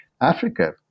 Africa